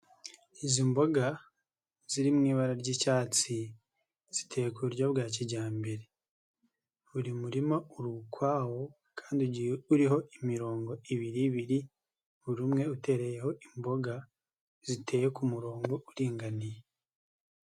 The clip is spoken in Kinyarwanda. Izi mboga ziri mu ibara ry'icyatsi ziteye ku buryo bwa kijyambere, buri murima uri ukwawo kandi ugiye uriho imirongo ibiri biri, buri umwe utereyeho imboga ziteye ku murongo uringaniye.